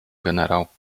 generał